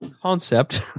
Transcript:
concept